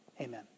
amen